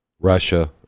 Russia